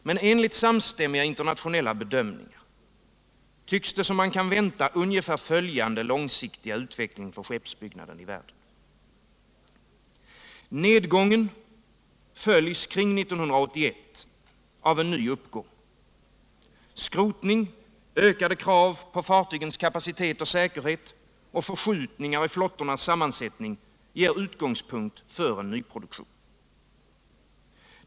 Ja, enligt samstämmiga bedömningar tycks det som om man kan vänta ungefär följande långsiktiga utveckling för skeppsbyggnaden i världen: Nedgången följs omkring 1981 av en ny uppgång. Skrotning, ökade krav på fartygens kapacitet och säkerhet samt förskjutningar i flottornas sammansättning ger utgångspunkt för en nyproduktion.